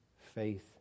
faith